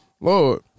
Lord